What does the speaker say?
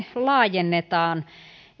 laajennetaan